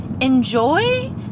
enjoy